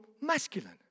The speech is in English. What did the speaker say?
masculine